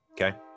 Okay